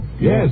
Yes